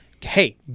hey